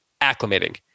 acclimating